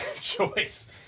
choice